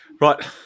Right